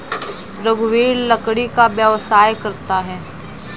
रघुवीर लकड़ी का व्यवसाय करता है